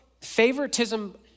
favoritism